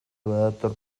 badator